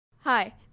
Hi